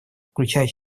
включая